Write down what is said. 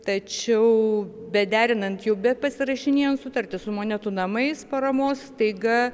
tačiau bederinant jau bet pasirašinėjant sutartis su monetų namais paramos staiga